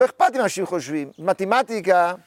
‫אני לא אכפת אם אנשים חושבים, ‫מתמטיקה...